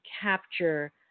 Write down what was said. capture